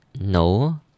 no